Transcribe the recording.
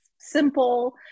simple